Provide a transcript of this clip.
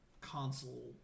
console